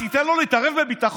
דמי אבטלה,